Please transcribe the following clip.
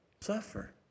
Suffer